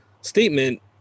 statement